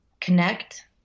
connect